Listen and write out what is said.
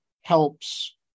helps